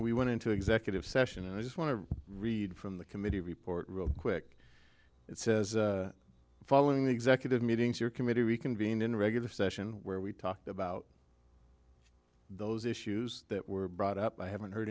we went into executive session and i just want to read from the committee report real quick it says following the executive meetings your committee reconvene in regular session where we talked about those issues that were brought up i haven't heard